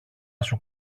σου